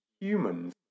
humans